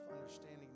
understanding